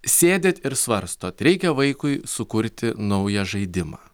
sėdit ir svarstot reikia vaikui sukurti naują žaidimą